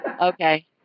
okay